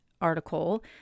article